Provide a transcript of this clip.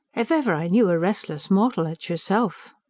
if ever i knew a restless mortal, it's yourself.